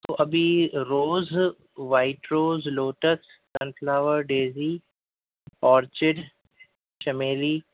وہ ابھی rose white rose lotus sunflower daisy orchid چمیلی